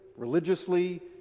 Religiously